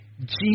Jesus